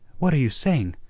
what are you saying?